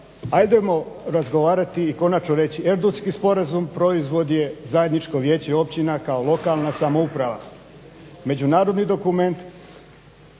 ajdemo razgovarati i konačno reći, Erdutski sporazum proizvod je zajedničko vijeće općina kao lokalna samouprava. Međunarodni dokument